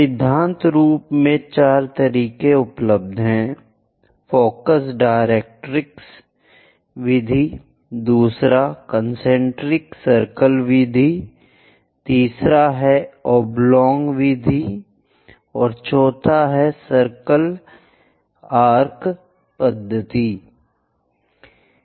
सिद्धांत रूप में चार तरीके उपलब्ध हैं फ़ोकस डायरेक्ट्रिक्स विधि दूसरा कंसेंट्रिक सर्कल विधि तीसरा है ओबलोंग विधि और चौथा सर्कल पद्धति आर्क है